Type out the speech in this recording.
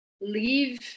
leave